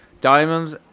Diamonds